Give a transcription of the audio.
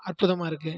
அற்புதமாக இருக்குது